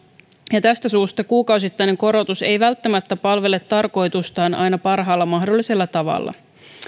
ja tästä syystä kuukausittainen korotus ei välttämättä palvele tarkoitustaan aina parhaalla mahdollisella tavalla